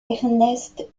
ernest